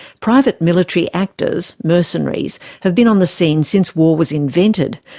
private military actors mercenaries have been on the scene since war was invented.